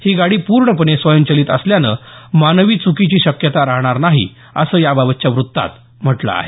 ही गाडी पूर्णपणे स्वयंचलित असल्यानं मानवी चुकीची शक्यता राहणार नाही असं याबाबतच्या व्रत्तात म्हटलं आहे